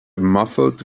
muffled